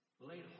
laid